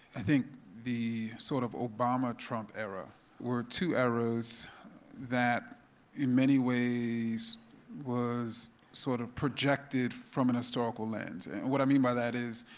i think the sort of obama trump era were two eras that in many ways was sort of projected from a and historical lens. and what i mean by that is,